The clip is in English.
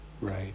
right